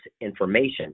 information